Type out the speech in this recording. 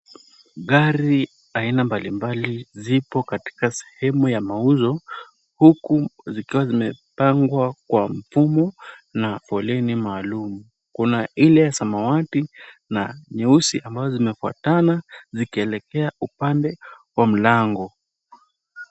Gari aina mbalimbali zipo katika sehemu ya mauzo huku zikiwa zimepangwa kwa mfumo na foleni maalum, kuna ile ya samawati na nyeusi ambazo zimefuatana zikielekea upande wa mlango.